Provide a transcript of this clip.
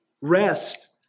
Rest